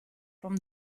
from